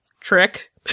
Trick